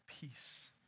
peace